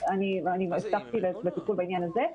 אני הבטחתי לו טיפול בעניין הזה.